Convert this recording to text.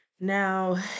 Now